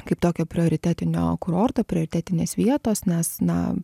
kaip tokio prioritetinio kurorto prioritetinės vietos nes na